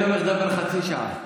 אתה עומד לדבר חצי שעה,